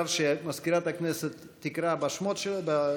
חברי הכנסת, אתם שומעים אותי, נכון?